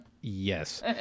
Yes